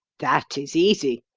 that is easy,